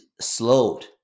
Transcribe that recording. slowed